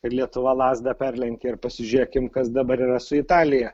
kad lietuva lazdą perlenkė ir pasižiūrėkim kas dabar yra su italija